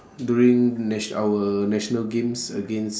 during natio~ our national games against